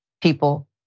people